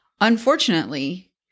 Unfortunately